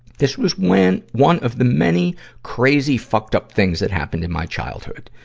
this was when one of the many crazy, fucked-up things that happened in my childhood.